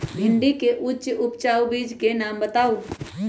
भिंडी के उच्च उपजाऊ बीज के नाम बताऊ?